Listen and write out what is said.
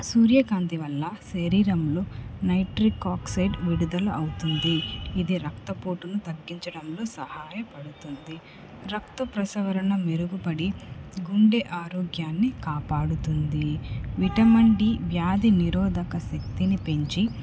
సూర్యకాంతి వల్ల శరీరంలో నైట్రిక్ ఆక్సైడ్ విడుదల అవుతుంది ఇది రక్తపోటును తగ్గించడంలో సహాయపడుతుంది రక్త ప్రసవరణ మెరుగుపడి గుండె ఆరోగ్యాన్ని కాపాడుతుంది విటమిన్ డి వ్యాధి నిరోధక శక్తిని పెంచి